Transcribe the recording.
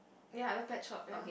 ya the pet shop ya